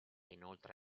inoltre